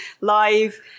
live